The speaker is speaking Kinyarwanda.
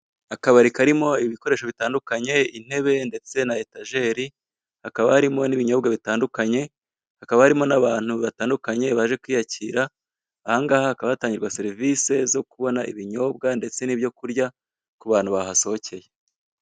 Abari karimo ibikoresho bitandukanye intebe ndetse na etajeri, hakaba harimo n'ibinyobwa bitandukanye hakaba harimo n'abantu batandukanye, baje kwiyakira, ahangaha hakaba hatangirwa serivise zo kubna ibinyobwa ndetse n'ibyo kurya ku bantu bahasohokeye.